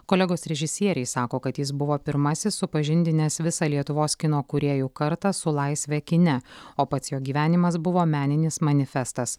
kolegos režisieriai sako kad jis buvo pirmasis supažindinęs visą lietuvos kino kūrėjų kartą su laisve kine o pats jo gyvenimas buvo meninis manifestas